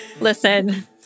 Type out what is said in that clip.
listen